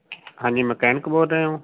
ਹਾਂਜੀ ਮਕੈਨਿਕ ਬੋਲ ਰਹੇ ਹੋ